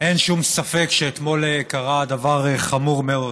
אין שום ספק שאתמול קרה דבר חמור מאוד.